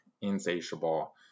insatiable